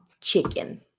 chicken